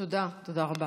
תודה, תודה רבה.